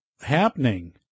happening